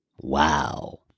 Wow